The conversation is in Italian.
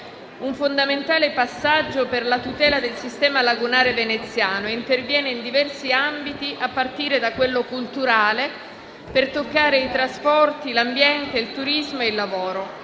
un fondamentale passaggio per la tutela del sistema lagunare veneziano e interviene in diversi ambiti, a partire da quello culturale, per toccare i trasporti, l'ambiente, il turismo e il lavoro.